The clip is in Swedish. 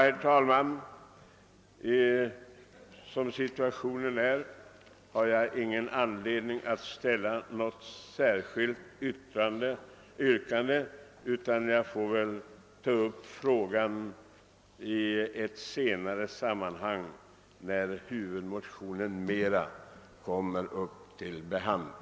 Såsom situationen är, herr talman, har jag ingen anledning att ställa något särskilt yrkande utan får väl ta upp frågan i ett senare sammanhang, när huvuddelen av motionen kommer upp till behandling.